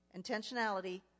intentionality